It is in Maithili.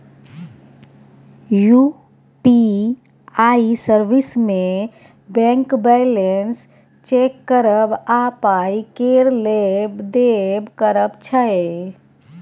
यु.पी.आइ सर्विस मे बैंक बैलेंस चेक करब आ पाइ केर लेब देब करब छै